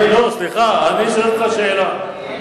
אני שואל אותך שאלה: